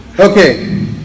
okay